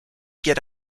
get